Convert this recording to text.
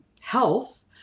health